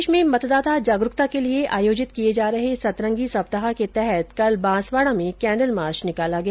प्रदेश में मतदाता जागरूकता के लिए आयोजित किए जा रहे सतरंगी सप्ताह के तहत कल बांसवाड़ा में कैण्डल मार्च निकाला गया